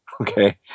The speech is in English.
okay